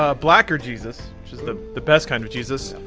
ah blackerjesus, which is the the best kind of jesus,